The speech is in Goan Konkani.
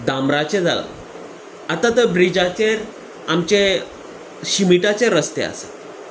दामराचे जाला आतां तर ब्रिजाचेर आमचे शिमिटाचे रस्ते आसात